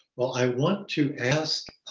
well, i want to ask